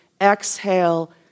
exhale